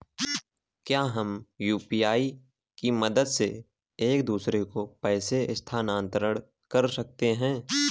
क्या हम यू.पी.आई की मदद से एक दूसरे को पैसे स्थानांतरण कर सकते हैं?